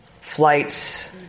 flights